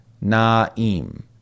Naim